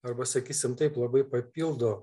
arba sakysim taip labai papildo